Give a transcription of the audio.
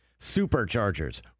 Superchargers